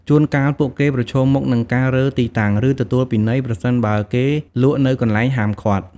ជួនកាល ពួកគេប្រឈមមុខនឹងការរើទីតាំង ឬទទួលពិន័យ ប្រសិនបើគេលក់នៅកន្លែងហាមឃាត់។